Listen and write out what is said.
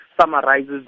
summarizes